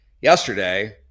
yesterday